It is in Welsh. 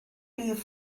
rif